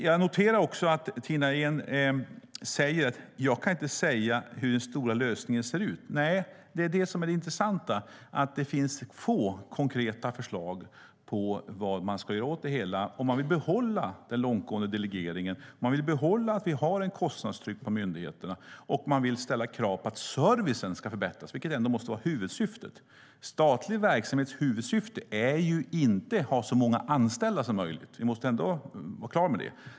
Jag noterade att Tina Ehn sade att hon inte kan säga hur den stora lösningen ser ut. Nej, det är det som är det intressanta. Det finns få konkreta förslag på vad man ska göra åt det hela om man vill behålla den långtgående delegeringen, om man vill att det fortsatt ska vara ett kostnadstryck på myndigheterna och om man vill ställa krav på att servicen ska förbättras, vilket ändå måste vara huvudsyftet. Statlig verksamhets huvudsyfte är inte att ha så många anställda som möjligt. Vi måste ändå vara på det klara med det.